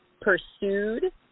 pursued